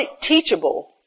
teachable